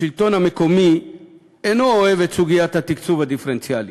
השלטון המקומי אינו אוהב את סוגיית התקצוב הדיפרנציאלי.